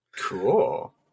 Cool